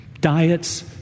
diets